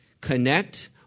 Connect